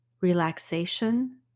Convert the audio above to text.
relaxation